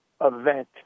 event